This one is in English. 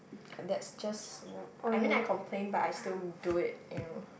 that's just wh~ I mean I complain but I still do it you know